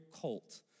cult